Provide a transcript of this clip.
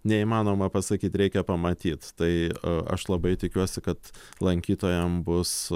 neįmanoma pasakyt reikia pamatyt tai aš labai tikiuosi kad lankytojam bus